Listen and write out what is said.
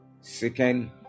second